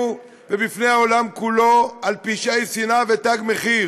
ובפני העולם כולו על פשעי שנאה ו"תג מחיר".